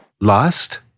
Lost